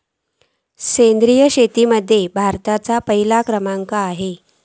सेंद्रिय शेतीमध्ये भारताचो पहिलो क्रमांक आसा